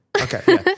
Okay